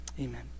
amen